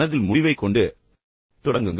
மனதில் முடிவைக் கொண்டு தொடங்குங்கள்